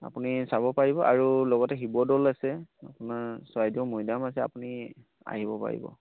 আপুনি চাব পাৰিব আৰু লগতে শিৱদৌল আছে আপোনাৰ চৰাইদেউ মৈদাম আছে আপুনি আহিব পাৰিব